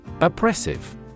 Oppressive